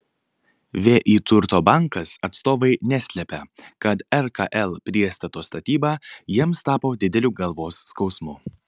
vį turto bankas atstovai neslepia kad rkl priestato statyba jiems tapo dideliu galvos skausmu